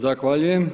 Zahvaljujem.